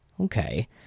Okay